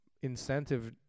incentive